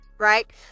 right